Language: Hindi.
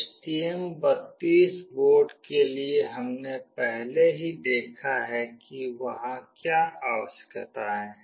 STM32 बोर्ड के लिए हमने पहले ही देखा है कि वहां क्या आवश्यकताएं हैं